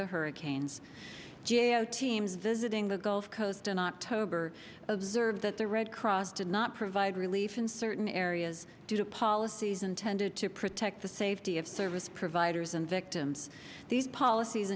the hurricanes j o teams visiting the gulf coast in october observed that the red cross did not provide relief in certain areas due to policies intended to protect the safety of service providers and victims these policies